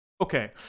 Okay